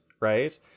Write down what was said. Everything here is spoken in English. right